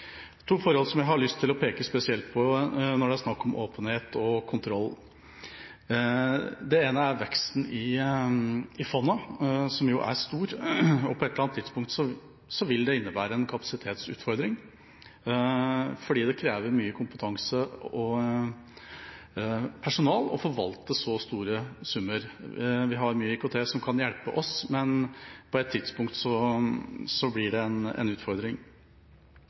to forhold jeg har lyst til å peke spesielt på når det er snakk om åpenhet og kontroll. Det ene er veksten i fondet, som jo er stor. På et eller annet tidspunkt vil det innebære en kapasitetsutfordring fordi det krever mye kompetanse og personale å forvalte så store summer. Vi har mye IKT med som kan hjelpe oss, men på et tidspunkt blir det en utfordring. Det andre jeg vil ta opp, er konfliktrelatert eierskap. Jeg hadde i forrige uke en